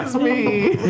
me.